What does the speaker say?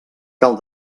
cal